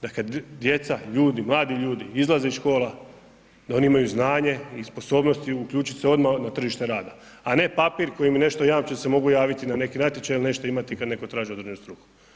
Da kada djeca, ljudima, mladi ljudi, izlaze iz škola, da oni imaju znanje i sposobnosti, uključiti se odmah na tržište rada, a ne papir koji mi nešto jamči, da se mogu javiti na neki natječaj ili nešto imati kada netko tražio određenu strku.